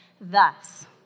Thus